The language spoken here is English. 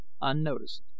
unnoticed